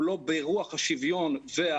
הוא לא ברוח השוויון.